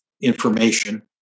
information